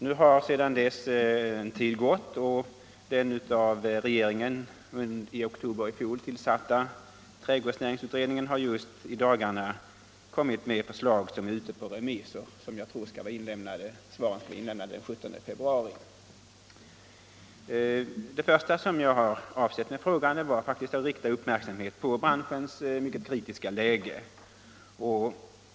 Nu har sedan dess en tid gått, och den av regeringen i oktober i fjol tillsatta trädgårdsnäringsutredningen har just i dagarna kommit med förslag som är ute på remiss. Jag tror att remissvaren skall vara inlämnade den 17 februari. Det första jag avsåg med frågan var faktiskt att rikta uppmärksamheten på branschens mycket kritiska läge.